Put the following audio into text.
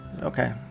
okay